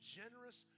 generous